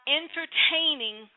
entertaining